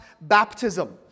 baptism